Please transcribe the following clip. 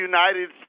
United